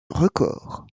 record